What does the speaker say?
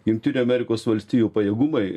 jungtinių amerikos valstijų pajėgumai